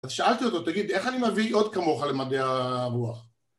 אז שאלתי אותו, תגיד, איך אני מביא עוד כמוך למדעי הרוח?